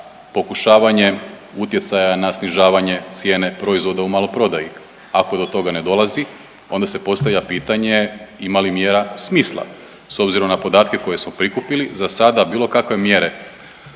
pokušavanjem utjecaja na snižavanje cijene proizvoda u maloprodaji. Ako do toga ne dolazi, onda se postavlja pitanje imali li mjera smisla. S obzirom na podatke koje smo prikupili za sada bilo kakve mjere